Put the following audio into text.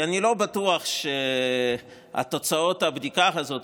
אני לא בטוח שתוצאות הבדיקה הזאת,